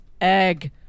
egg